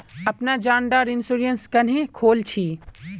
अपना जान डार इंश्योरेंस क्नेहे खोल छी?